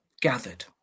gathered